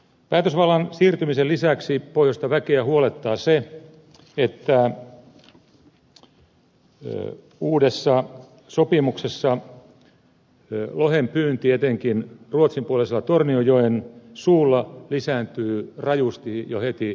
päätösvallan siirtymisen lisäksi pohjoista väkeä huolettaa se että uudessa sopimuksessa lohen pyynti etenkin ruotsin puoleisella tornionjoen suulla lisääntyy rajusti jo heti kevätkesästä